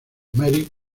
mary